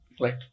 Right